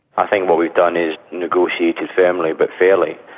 i think what we've done is negotiated firmly but fairly.